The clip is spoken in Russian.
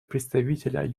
представителя